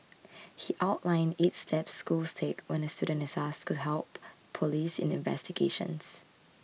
he outlined eight steps schools take when a student is asked to help police in investigations